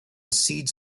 seeds